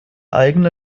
eigene